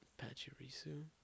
Pachirisu